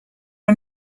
are